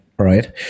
Right